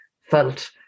felt